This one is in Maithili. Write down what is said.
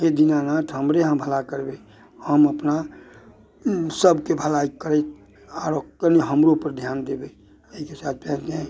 हे दिनानाथ हमरे अहाँ भला करबै हम अपना सभके भलाइ करैत आरो कनि हमरोपर ध्यान देबै अइके साथ